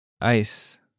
Ice